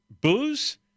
booze